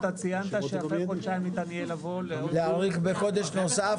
ציינת שאחרי חודשיים ניתן יהיה לבוא --- להאריך בחודש נוסף,